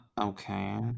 Okay